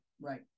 Right